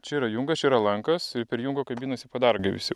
čia yra jungas čia yra lankas ir per jungą kabinasi padargai visi